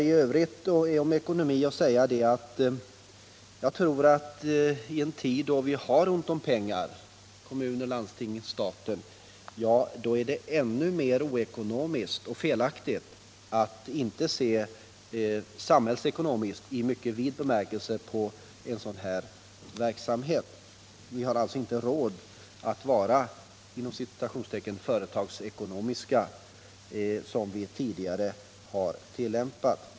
I fråga om ekonomi vill jag övrigt säga att jag tycker att i en tid när vi har ont om pengar — hos kommuner, landsting och staten — är det ännu mer oekonomiskt och felaktigt att inte se samhällsekonomiskt i mycket vid bemärkelse på sådan här verksamhet. Vi har alltså inte råd att vara ”företagsekonomiska” enligt den princip som vi tidigare har tillämpat.